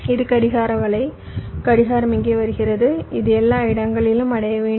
இது கடிகார வலை கடிகாரம் இங்கே வருகிறது அது எல்லா இடங்களிலும் அடைய வேண்டும்